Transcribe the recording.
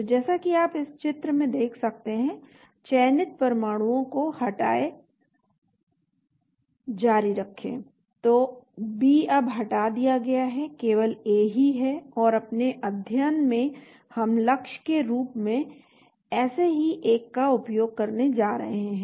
तो जैसा कि आप इस चित्र में देख सकते हैं चयनित परमाणुओं को हटाए जारी रखें तो B अब हटा दिया गया है केवल A ही है और अपने अध्ययन में हम लक्ष्य के रूप में ऐसे ही एक का उपयोग करने जा रहे हैं